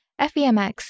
FEMX